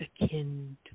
akin